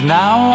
now